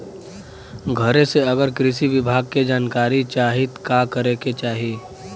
घरे से अगर कृषि विभाग के जानकारी चाहीत का करे के चाही?